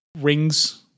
rings